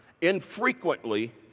infrequently